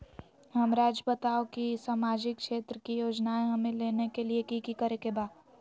हमराज़ बताओ कि सामाजिक क्षेत्र की योजनाएं हमें लेने के लिए कि कि करे के बा?